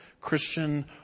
Christian